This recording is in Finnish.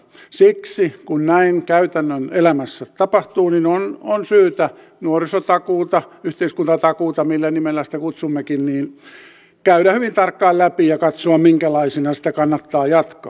siksi kun näin käytännön elämässä tapahtuu on syytä nuorisotakuuta yhteiskuntatakuuta millä nimellä sitä kutsummekin käydä hyvin tarkkaan läpi ja katsoa minkälaisena sitä kannattaa jatkaa